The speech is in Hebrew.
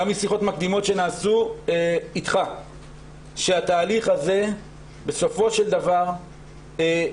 גם משיחות מקדימות שנעשו אתך שהתהליך הזה בסופו של דבר הוא